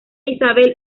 isabel